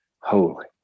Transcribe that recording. holy